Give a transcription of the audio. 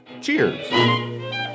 Cheers